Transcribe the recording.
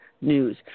News